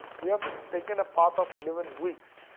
we have taken a path of eleven weeks.